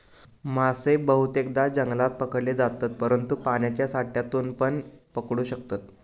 मासे बहुतेकदां जंगलात पकडले जातत, परंतु पाण्याच्या साठ्यातूनपण पकडू शकतत